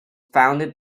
founded